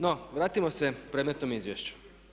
No, vratimo se predmetnom izvješću.